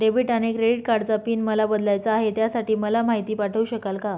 Debit आणि credit कार्डचा PIN मला बदलायचा आहे, त्यासाठी मला माहिती पाठवू शकाल का?